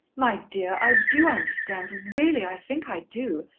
my dear, i do understand. really, i think i do.